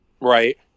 right